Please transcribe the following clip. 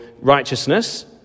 righteousness